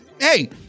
hey